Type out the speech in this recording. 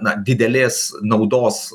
na didelės naudos